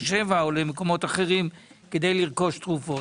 שבע או למקומות אחרים כדי לרכוש תרופות,